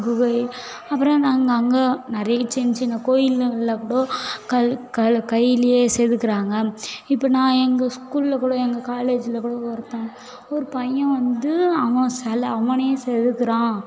குகை அப்புறம் நாங்கள் அங்கே நிறைய சின்ன சின்ன கோவில்ங்கள்லக் கூட கல் க கையில் செதுக்கிறாங்க இப்போ நான் எங்கள் ஸ்கூலில் கூட எங்கள் காலேஜில் கூட ஒருத்தன் ஒரு பையன் வந்து அவன் சில அவன் செதுக்கிறான்